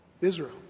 Israel